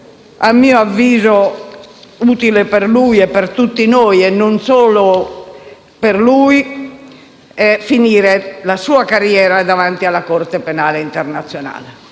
a mio avviso, utile per lui e per tutti noi (quindi non solo per lui), è finire la sua carriera davanti alla Corte penale internazionale.